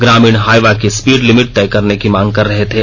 ग्रामीण हाइवा की speed limit तय करने की मांग कर रहे थे